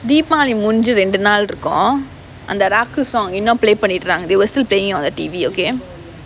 deepavali முடிஞ்சு ரெண்டு நாள் இருக்கும் அந்த ராக்கு:mudinju rendu naal irukkum antha raakku song இன்னும்:innum play பண்ணிட்டுறாங்க:pannitturaanga they were still playing on the T_V okay